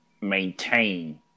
maintain